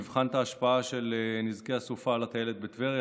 נבחן את ההשפעה של נזקי הסופה על הטיילת בטבריה